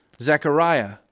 Zechariah